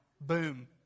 Boom